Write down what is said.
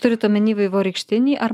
turit omeny vaivorykštinį ar